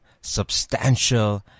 substantial